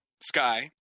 Sky